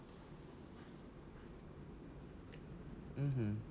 mmhmm